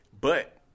But-